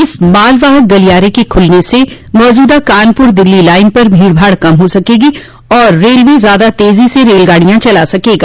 इस मालवाहक गलियारे के खुलने से मौजूदा कानपुर दिल्ली लाइन पर भीड भाड़ कम होगी और रेलवे ज्यादा तेजी से रेलगाडियां चला सकेगा